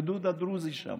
עם הגדוד הדרוזי שם,